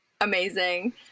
Amazing